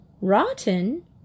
Rotten